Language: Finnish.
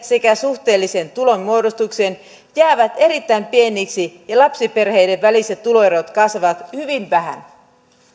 sekä suhteelliseen tulonmuodostukseen jäävät erittäin pieniksi ja lapsiperheiden väliset tuloerot kasvavat hyvin vähän